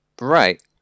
Right